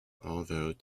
although